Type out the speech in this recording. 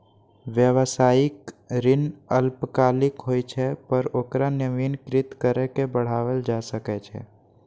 व्यावसायिक ऋण अल्पकालिक होइ छै, पर ओकरा नवीनीकृत कैर के बढ़ाओल जा सकै छै